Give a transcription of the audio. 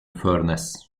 furness